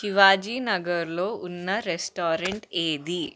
శివాజీ నగర్లో ఉన్న రెస్టారెంట్ ఏది